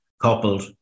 coupled